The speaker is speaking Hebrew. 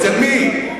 אצל מי?